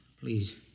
Please